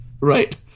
Right